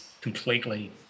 completely